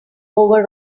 over